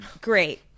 Great